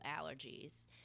allergies